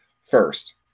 first